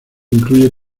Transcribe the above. incluye